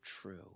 true